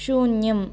शून्यम्